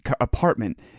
apartment